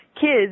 kids